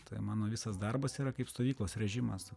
tai mano visas darbas yra kaip stovyklos režimas